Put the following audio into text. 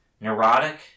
neurotic